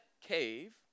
cave